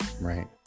right